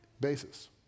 basis